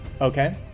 Okay